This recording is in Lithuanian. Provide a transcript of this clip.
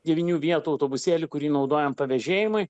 devynių vietų autobusėlį kurį naudojam pavėžėjimui